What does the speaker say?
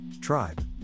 Tribe